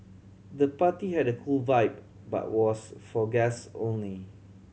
the party had a cool vibe but was for guests only